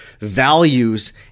values